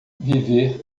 viver